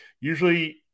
Usually